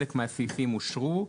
חלק מהסעיפים אושרו,